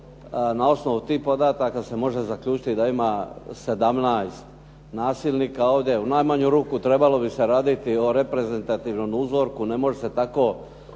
na osnovu tih podataka se može zaključiti da ima 17 nasilnika ovdje. U najmanju ruku trebalo bi se raditi o reprezentativnom uzorku. Ne može se tako